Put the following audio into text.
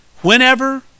Whenever